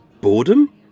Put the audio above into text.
Boredom